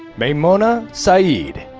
maimona saeed.